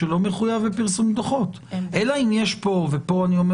שלא מחויב בפרסום דוחות אלא אם יש כאן וכאן אני אומר